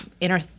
inner